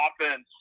offense